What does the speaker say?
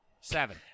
Seven